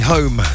Home